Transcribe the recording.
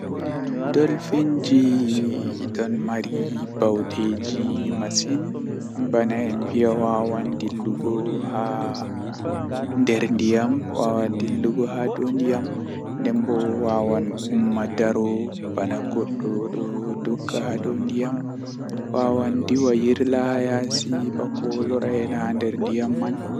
Eh mi wiyan mo o tokka hakkilingo bebandu maakko arandewol kam baawo o hakkili be bandu maako kala nde weeti fu o fina be law nden o wurta o dimbo bandu maako malla dogguki o wada keerol babal o tokkata doggugo be fajjira cub o dogga o yaha jei baldeeji sedda o laara